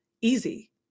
Easy